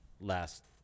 last